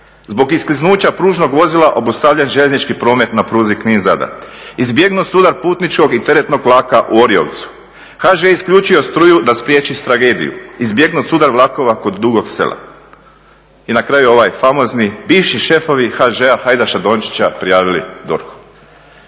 "Zbog iskliznuća pružnog vozila obustavljen željeznički promet na pruzi Knin-Zadar", "Izbjegnut sudar putničkog i teretnog vlaka u Oriovcu, "HŽ isključio struju da spriječi tragediju", "Izbjegnut sudar vlakova kod Dugog Sela i na kraju ovaj famozni "Bivši šefovi HŽ-a Hajdaša Dončića prijavili DORH-u.